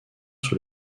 sur